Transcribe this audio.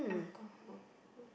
alcohol hmm